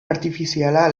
artifiziala